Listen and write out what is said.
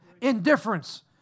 Indifference